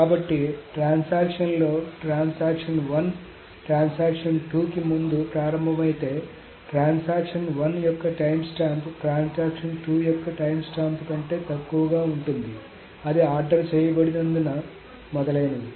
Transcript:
కాబట్టి ట్రాన్సాక్షన్ లో transaction 1 transaction 2 కి ముందు ప్రారంభమైతే ట్రాన్సాక్షన్ 1 యొక్క టైమ్స్టాంప్ ట్రాన్సాక్షన్ 2 యొక్క టైమ్స్టాంప్ కంటే తక్కువగా ఉంటుంది అది ఆర్డర్ చేయబడినందున మొదలైనవి